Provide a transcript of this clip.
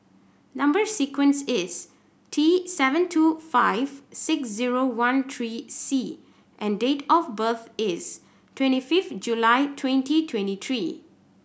number sequence is T seven two five six zero one three C and date of birth is twenty fifth July twenty twenty three